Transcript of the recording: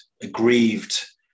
Aggrieved